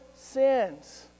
sins